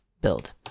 build